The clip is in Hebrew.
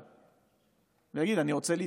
לממשלה ויגיד: אני רוצה להתקדם,